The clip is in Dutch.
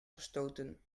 gestoten